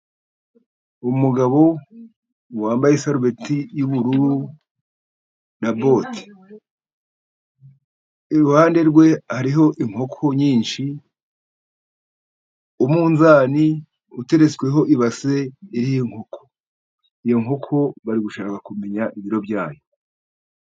Umugabo wambaye isarubeti y'ubururu na bote, iruhande rwe hariho inkoko nyinshi, umunzani uteretsweho ibase iriho inkoko, iyo nkoko bari gushaka kumenya ibiro byayo.